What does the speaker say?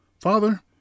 Father